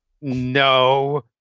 no